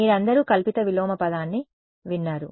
మీరందరూ కల్పిత విలోమ పదాన్ని విన్నారు